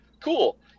Cool